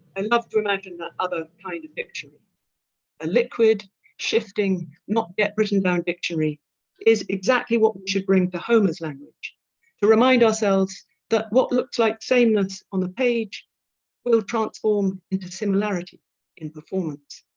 i love to imagine that other kind of dictionary a liquid shifting not yet written down dictionary is exactly what we should bring to homer's language to remind ourselves that what looks like sameness on the page will transform into similarity in performance.